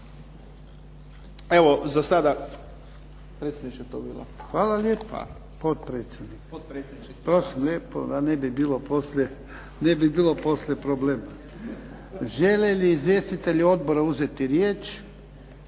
to. **Jarnjak, Ivan (HDZ)** Hvala lijepa, potpredsjednik. Prosim lijepo da ne bi bilo poslije problema. Žele li izvjestitelji odbora uzeti riječ?